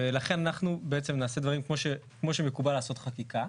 ולכן אנחנו בעצם נעשה דברים כמו שמקובל לעשות חקיקה.